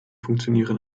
funktionieren